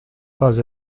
pas